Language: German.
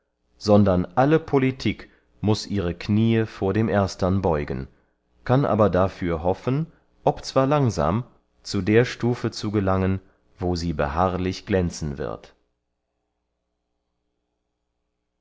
sondern alle politik muß ihre kniee vor dem erstern beugen kann aber dafür hoffen ob zwar langsam zu der stufe zu gelangen wo sie beharrlich glänzen wird